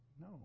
No